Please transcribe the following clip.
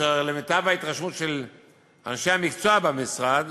ולמיטב ההתרשמות של אנשי המקצוע במשרד,